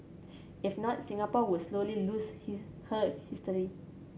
if not Singapore would slowly lose his her history